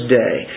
day